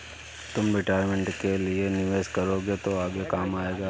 तुम रिटायरमेंट के लिए निवेश करोगे तो आगे काम आएगा